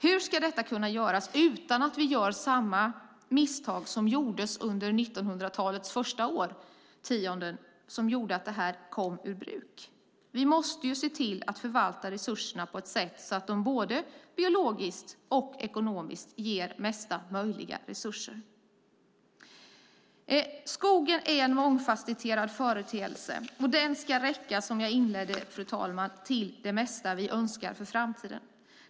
Hur ska det kunna göras utan att vi gör samma misstag som man gjorde under 1900-talets första årtionden vilket gjorde att detta kom ur bruk? Vi måste se till att vi förvaltar resurserna så att de både biologiskt och ekonomiskt ger mesta möjliga resurser. Skogen är en mångfacetterad företeelse. Den ska räcka till det mesta vi önskar för framtiden.